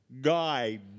guide